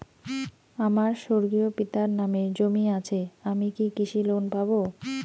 আমার স্বর্গীয় পিতার নামে জমি আছে আমি কি কৃষি লোন পাব?